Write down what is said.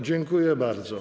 Dziękuję bardzo.